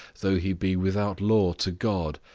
though he be without law to god,